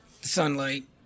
sunlight